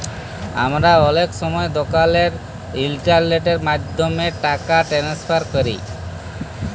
আমরা অলেক সময় দকালের ইলটারলেটের মাধ্যমে টাকা টেনেসফার ক্যরি